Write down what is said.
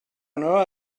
nueva